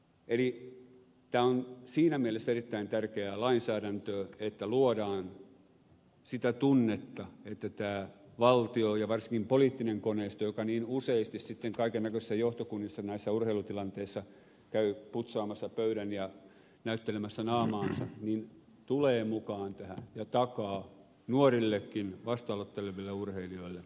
eli tämä on siinä mielessä erittäin tärkeää lainsäädäntöä että luodaan sitä tunnetta että tämä valtio ja varsinkin poliittinen koneisto joka niin useasti sitten kaikennäköisissä johtokunnissa näissä urheilutilanteissa käy putsaamassa pöydän ja näyttelemässä naamaansa tulee mukaan tähän ja takaa nuorillekin vasta aloitteleville urheilijoille tämän kaltaisen systeemin